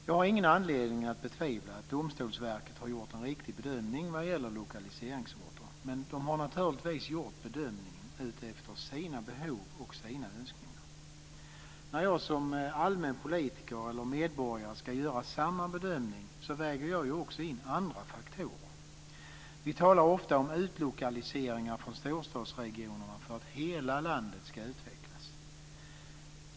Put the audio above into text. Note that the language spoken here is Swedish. Jag har ingen anledning att betvivla att Domstolsverket har gjort en riktig bedömning när det gäller lokaliseringsorter, med de har naturligtvis gjort bedömningen utifrån sina behov och önskemål. När jag som allmänpolitiker eller medborgare ska göra samma bedömning väger jag ju också in andra faktorer. Vi talar ofta om utlokaliseringar från storstadsregionerna för att hela landet ska utvecklas.